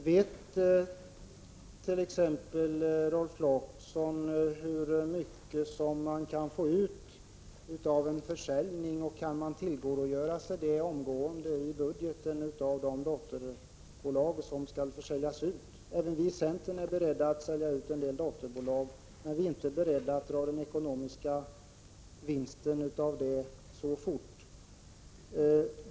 Vet Rolf Clarkson t.ex. hur mycket man kan få ut av en försäljning, och kan man tillgodogöra sig dessa pengar omgående i statsbudgeten för de dotterbolag som skall säljas ut? Även vi i centern är beredda att sälja ut en del dotterbolag, men vi tror inte att vi kan ta ut den ekonomiska vinsten av försäljningen så fort.